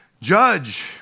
judge